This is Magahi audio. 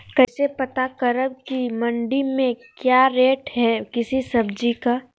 कैसे पता करब की मंडी में क्या रेट है किसी सब्जी का?